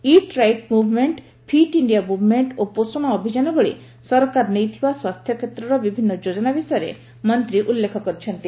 ଇଟ୍ right movement fit India movement ଓ ପୋଷଣ ଅଭିଯାନ ଭଳି ସରକାର ନେଇଥିବା ସ୍ୱାସ୍ଥ୍ୟକ୍ଷେତ୍ରର ବିଭିନ୍ନ ଯୋଜନା ବିଷୟରେ ମନ୍ତ୍ରୀ ଉଲ୍ଲେଖ କରିଛନ୍ତି